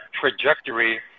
trajectory